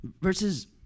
verses